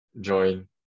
join